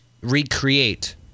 recreate